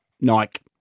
Nike